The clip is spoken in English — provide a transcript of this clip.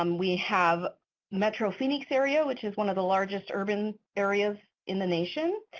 um we have metro phoenix area, which is one of the largest urban areas in the nation.